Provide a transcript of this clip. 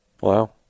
Wow